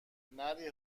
نری